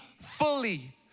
fully